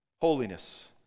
Holiness